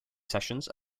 sessions